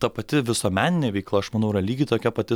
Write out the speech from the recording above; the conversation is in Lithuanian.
ta pati visuomeninė veikla aš manau yra lygiai tokia pati